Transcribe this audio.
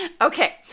Okay